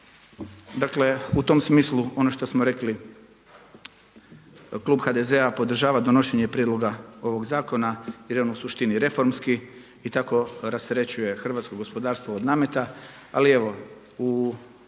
Dakle u tom smislu ono što smo rekli, Klub HDZ-a podržava donošenje Prijedloga ovog Zakona jer je on u suštini reformski i tako rasterećuje hrvatsko gospodarstvo od nameta. Ali evo, u